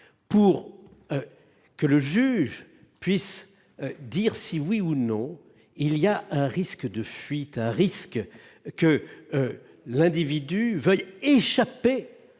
pour que le juge puisse dire si, oui ou non, il y a un risque de fuite, un risque que l’individu veuille échapper